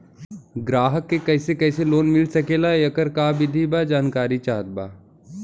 ग्राहक के कैसे कैसे लोन मिल सकेला येकर का विधि बा जानकारी चाहत बा?